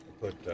Put